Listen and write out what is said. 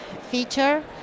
feature